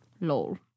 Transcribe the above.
lol